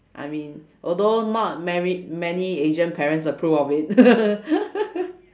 I mean although not married many asian parents approve of it